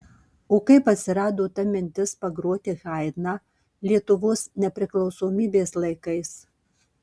o kaip atsirado ta mintis pagroti haidną lietuvos nepriklausomybės laikais